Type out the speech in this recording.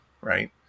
right